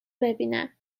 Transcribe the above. ببینم